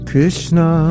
Krishna